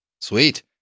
Sweet